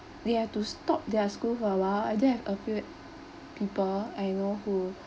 they have to stop their school for a while I did have a few people I know who